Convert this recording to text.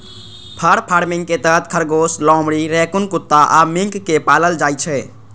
फर farming के तहत खरगोश, लोमड़ी, रैकून कुत्ता आ मिंक कें पालल जाइ छै